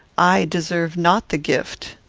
i deserve not the gift.